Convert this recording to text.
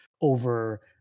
over